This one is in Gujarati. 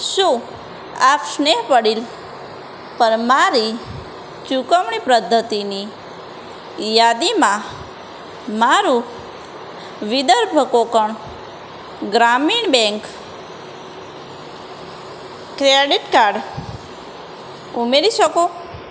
શું આપ સ્નેપડીલ પર મારી ચુકવણી પદ્ધતિની યાદીમાં મારું Vidarbha Konkan Gramin bank credit card ઉમેરી શકો